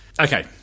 Okay